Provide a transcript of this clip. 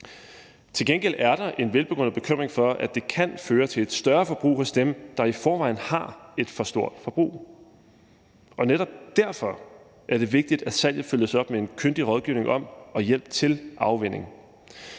Til gengæld er der en velbegrundet bekymring for, at det kan føre til et større forbrug hos dem, der i forvejen har et for stort forbrug, og netop derfor er det vigtigt, at salget følges op med en kyndig rådgivning om og hjælp til afvænning.